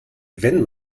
wenn